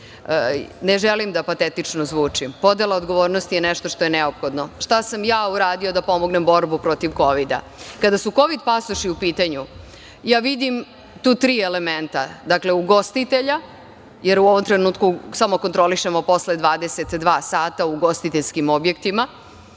Ne želim da patetično zvučim, ali podela odgovornosti je nešto što je neophodno. Šta sam ja uradio da pomognem borbu protiv Kovida? Kada su kovid pasoši u pitanju, vidim tu tri elementa. Dakle, ugostitelja, jer u ovom trenutku samo kontrolišemo posle 22.00 sata u ugostiteljskim objektima